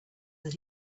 that